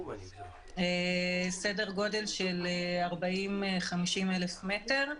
סדר גודל של 40,000-50,000 מ"ר.